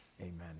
Amen